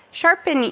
sharpen